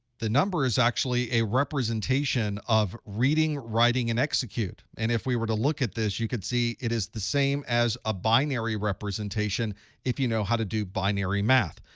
the number is actually a representation of reading, writing, and execute. and if we were to look at this, you could see it is the same as a binary representation if you know how to do binary math.